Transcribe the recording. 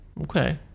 Okay